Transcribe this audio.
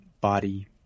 body